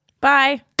Bye